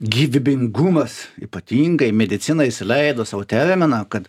gyvybingumas ypatingai medicinai įsileidus sau terminą kad